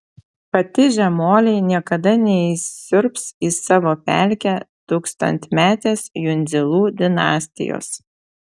patižę moliai niekada neįsiurbs į savo pelkę tūkstantmetės jundzilų dinastijos